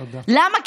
למה?